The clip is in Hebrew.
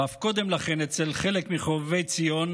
ואף קודם לכן אצל חלק מחובבי ציון,